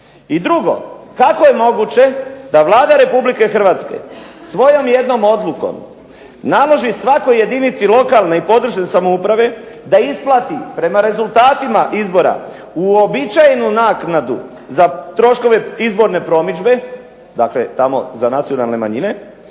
I drugo, kako je moguće da Vlada Republike Hrvatske svojom jednom odlukom naloži svakoj jedinici lokalne i područne samouprave da isplati prema rezultatima izbora uobičajenu naknadu za troškove izborne promidžbe, dakle tamo za nacionalne manjine,